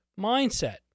mindset